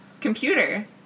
computer